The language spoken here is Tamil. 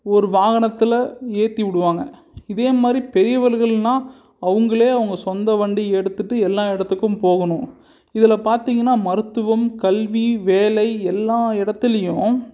ஒரு வாகனத்தில் ஏற்றி விடுவாங்க இதே மாதிரி பெரியவளுகள்னால் அவங்களே அவங்க சொந்த வண்டி எடுத்துகிட்டு எல்லா இடத்துக்கும் போகணும் இதில் பார்த்திங்கன்னா மருத்துவம் கல்வி வேலை எல்லா இடத்துலையும்